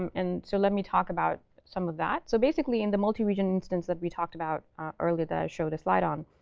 and so let me talk about some of that. so basically, in the multi-region instance that we talked about earlier that i showed a slide on,